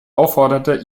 aufforderte